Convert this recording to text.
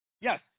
Yes